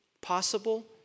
possible